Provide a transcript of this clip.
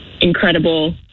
incredible